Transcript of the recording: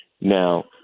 Now